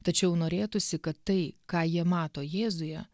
tačiau norėtųsi kad tai ką jie mato jėzuje